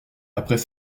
après